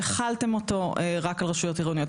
אבל החלתם אותו רק על רשויות עירוניות.